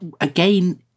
again